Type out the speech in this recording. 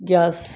gas